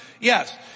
Yes